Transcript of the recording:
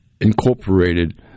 incorporated